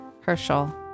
Herschel